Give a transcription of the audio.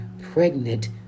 pregnant